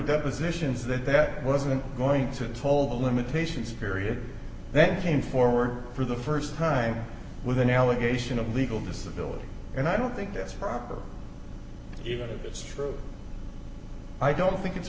depositions that there wasn't going to hold the limitations period that came forward for the st time with an allegation of legal disability and i don't think that's proper either it's true i don't think it's